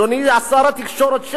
אדוני שר התקשורת,